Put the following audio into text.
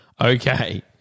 Okay